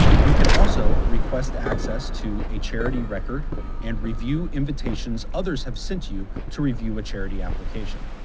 you can also request access to a charity record and review invitations others have sent you to review a charity application.